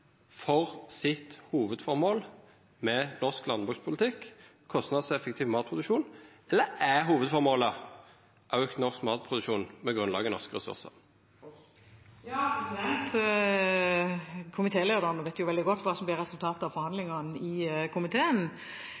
for sitt hovudformål med norsk landbrukspolitikk, kostnadseffektiv matproduksjon, eller er hovudformålet auka norsk matproduksjon med grunnlag i norske ressursar? Komitélederen vet veldig godt hva som ble resultatet av forhandlingene i komiteen,